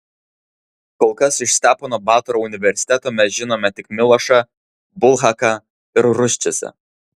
kol kas iš stepono batoro universiteto mes žinome tik milošą bulhaką ir ruščicą